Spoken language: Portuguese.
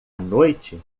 noite